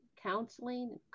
counseling